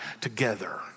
together